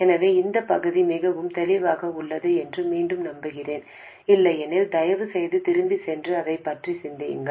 எனவே இந்த பகுதி மிகவும் தெளிவாக உள்ளது என்று மீண்டும் நம்புகிறேன் இல்லையெனில் தயவுசெய்து திரும்பிச் சென்று அதைப் பற்றி சிந்தியுங்கள்